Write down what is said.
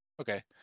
Okay